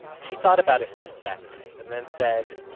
she thought about it for a sec, and then said